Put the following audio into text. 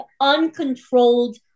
uncontrolled